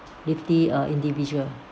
with team or individual